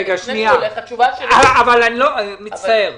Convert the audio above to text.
התשובה --- אני מצטער.